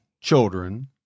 children